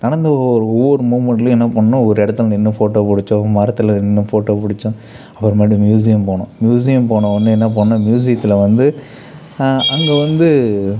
நடந்த ஒவ்வொரு ஒவ்வொரு மூமெண்ட்லையும் என்ன பண்ணோம் ஒரு இடத்துல நின்று ஃபோட்டோ பிடிச்சோம் மரத்தில் நின்று ஃபோட்டோ பிடிச்சோம் அப்புறமேலு மியூசியம் போனோம் மியூசியம் போனவுன்னே என்னா பண்ணோம் மியூசியத்தில் வந்து அங்கே வந்து